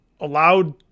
allowed